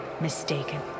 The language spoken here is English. mistaken